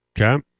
Okay